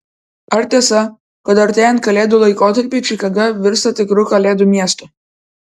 ar tiesa kad artėjant kalėdų laikotarpiui čikaga virsta tikru kalėdų miestu